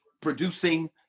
producing